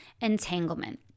entanglement